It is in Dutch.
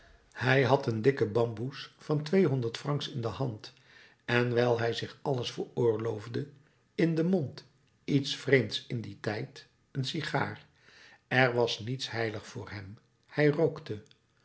hij had een dikken bamboes van tweehonderd francs in de hand en wijl hij zich alles veroorloofde in den mond iets vreemds in dien tijd een sigaar er was niets heilig voor hem hij rookte